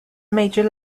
major